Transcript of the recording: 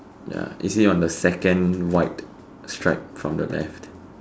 ya is he on the second white stripe from the left